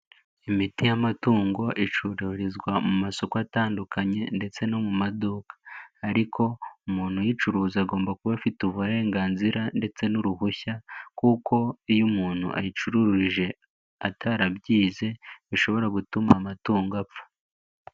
Imiti y'amatungo icururizwa mu masoko atandukanye ndetse no mu maduka. Ariko umuntu uyicuruza agomba kuba afite uburenganzira ndetse n'uruhushya kuko iyo umuntu ayicururije atarabyize, bishobora gutuma amatungo apfa.